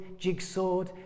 jigsawed